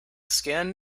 skin